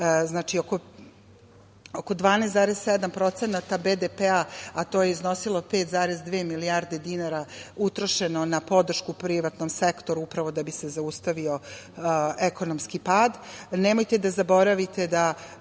je oko 12,7% BDP, a to je iznosilo 5,2 milijarde dinara utrošeno na podršku privatnom sektoru, upravo da bi se zaustavio ekonomski pad. Nemojte da zaboravite da